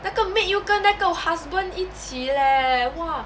那个 maid 又跟那个 husband 一起 leh !wah!